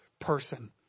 person